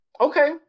Okay